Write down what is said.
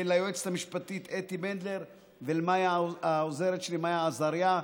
ליועצת המשפטית אתי בנדלר ולעוזרת שלי מאיה עזריה,